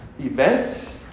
events